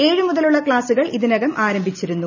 ഏഴ് മുതലുള്ള ക്ലാസുകൾ ഇതിനകം ആരംഭിച്ചിരുന്നു